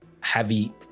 heavy